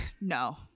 no